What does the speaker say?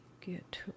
get